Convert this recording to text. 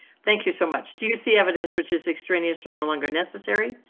thank you so much. do you see evidence which is extraneous, are no longer necessary.